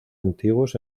antiguos